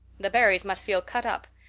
the barrys must feel cut up.